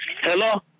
Hello